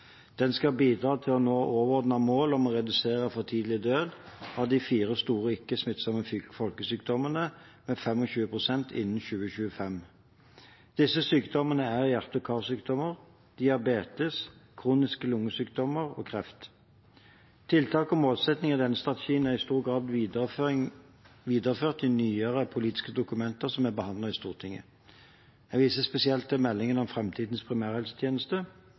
å nå overordnede mål om å redusere for tidlig død som følge av de fire store ikke-smittsomme folkesykdommene med 25 pst. innen 2025. Disse sykdommene er hjerte- og karsykdommer, diabetes, kroniske lungesykdommer og kreft. Tiltak og målsetting i denne strategien er i stor grad videreført i nyere politiske dokumenter som er behandlet i Stortinget. Jeg viser spesielt til meldingen Fremtidens primærhelsetjeneste